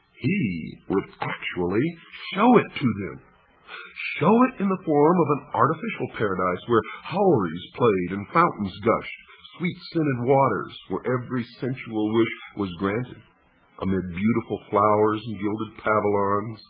he would actually showit to them show it in the form of an artificial paradise, where houris played and fountains gushed sweet-scented waters, where every sensual wish was granted amid beautiful flowers and gilded pavilions.